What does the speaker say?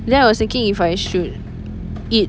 then I was thinking if I should eat